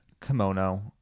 kimono